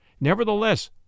Nevertheless